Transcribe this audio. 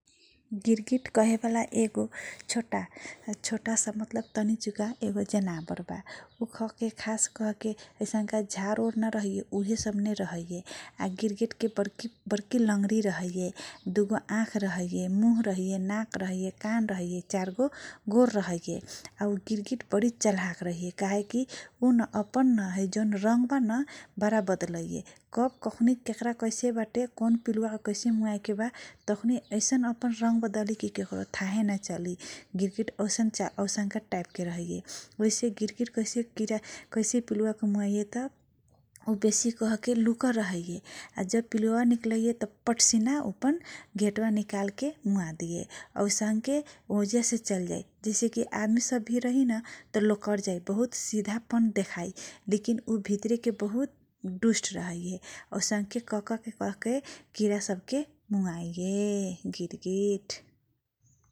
गिरगिट गहेवाला एगो छोटा, छोटासा मतलब तनीचुका एगो जनावर बा । ऊ खास कहके ऐसनका झारमे रहैए या गिरगिट लङरी रहैए, दु गो आँख रहैए, मुख रहैए, नाक रहैए, कान रहैए चारगो गोर रहैए, आ ऊ गिरगिट बरी चलाख रहैए काहेकी अपन जौन रङग बा न बरा बदलैए । केखुनी केकरा कैसे बाट कौन पिलुवाके कैसे मुवाएके बा तखुनी ऐसन रङग बिदली कि केकरो थाह न चली । गिरगिट औसनका टाइपके रहैए औइसे गिरगिट कैसे किरा कैसे पिलुवाके मुवाइए त ऊ बेसी कहके लुकल रहैए आ जब पिलुवाबा निकलैए त पट सिन ऊ अपन घेटवा निकालके मुवाइदिए औसनके ओजिनासे चलजाइए जैसे कि आदमी रही न त लोकर जाइ । बहुत सिधापन देखाइ लेकिन ऊ भित्रीके बहुत दुष्ट रहैए, औसनके कर करके किरासबके मुवाइए गिरगिट ।